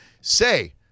say